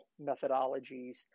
methodologies